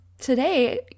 today